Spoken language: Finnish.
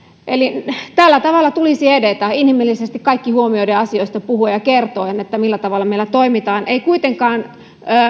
eli tällä tavalla tulisi edetä inhimillisesti kaikki huomioiden ja asioista puhuen ja kertoen millä tavalla meillä toimitaan ei kuitenkaan